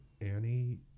Annie